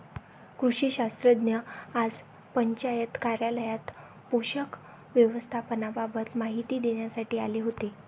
कृषी शास्त्रज्ञ आज पंचायत कार्यालयात पोषक व्यवस्थापनाबाबत माहिती देण्यासाठी आले होते